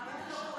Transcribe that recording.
לאפשר לחבר